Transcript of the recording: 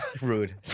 Rude